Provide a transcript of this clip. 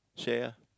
share ah